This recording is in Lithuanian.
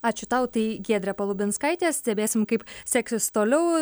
ačiū tau tai giedrė palubinskaitė stebėsim kaip seksis toliau